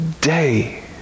day